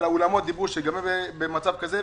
האולמות אמרו שגם הם במצב כזה.